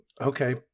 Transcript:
Okay